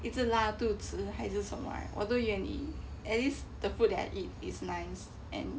一直拉肚子还是什么 right 我都愿意 at least the food that I eat is nice and